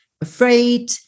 afraid